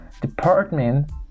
department